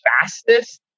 fastest